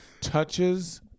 touches